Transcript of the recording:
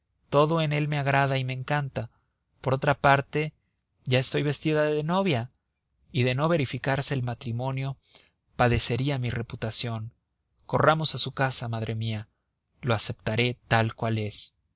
todo en él me agrada y me encanta por otra parte ya estoy vestida de novia y de no verificarse el matrimonio padecería mi reputación corramos a su casa madre mía lo aceptaré tal cual es